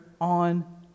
on